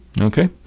Okay